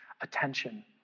attention